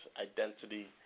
identity